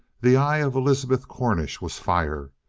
the eye of elizabeth cornish was fire.